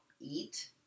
eat